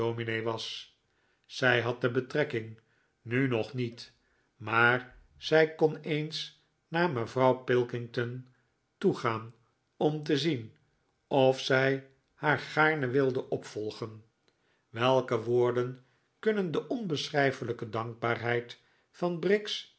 was zij had de betrekking nu nog niet maar zij kon eens naar mevrouw pilkington toe gaan om te zien of zij haar gaarne wilde opvolgen welke woorden kunnen de onbeschrijfelijke dankbaarheid van briggs